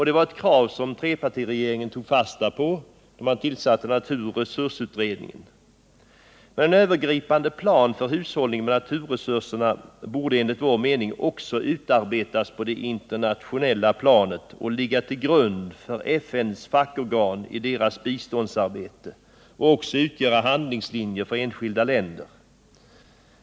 Det är ett krav som trepartiregeringen tog fasta på då man tillsatte naturoch resursutredningen. En övergripande plan för hushållning med naturresurser borde enligt vår mening också utarbetas på det internationella planet och ligga till grund för FN:s fackorgan i deras biståndsarbete och också utgöra handlingslinjer för enskilda länder.